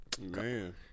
Man